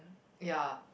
ya